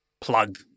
plug